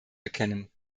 erkennen